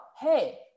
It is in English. hey